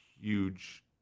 huge